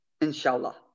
Inshallah